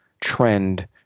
trend